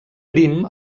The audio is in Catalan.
prim